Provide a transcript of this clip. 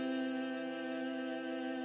er